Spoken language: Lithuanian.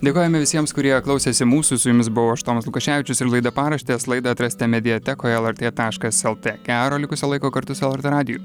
dėkojame visiems kurie klausėsi mūsų su jumis buvau aš tomas lukaševičius ir laida paraštės laidą atrasite mediatekoje lrt taškas lt gero likusio laiko kartu su lrt radiju